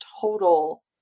total